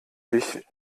dich